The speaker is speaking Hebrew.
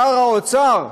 שר האוצר,